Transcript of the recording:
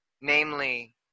namely